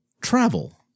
travel